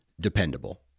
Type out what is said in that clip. dependable